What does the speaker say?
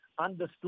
understood